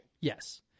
Yes